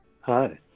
Hi